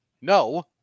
no